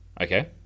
Okay